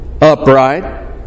upright